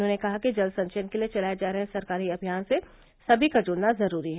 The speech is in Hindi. उन्होंने कहा कि जल संचयन के लिये चलाये जा रहे सरकारी अभियान से सभी का जुड़ना जरूरी है